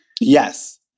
Yes